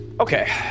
Okay